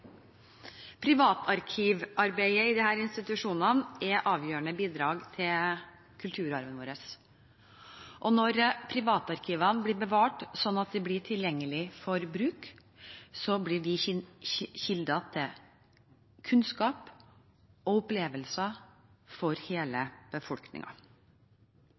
Privatarkivarbeidet i disse institusjonene er avgjørende bidrag til kulturarven vår, og når privatarkivene blir bevart slik at de blir tilgjengelige for bruk, blir de kilder til kunnskap og opplevelser for hele